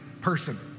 person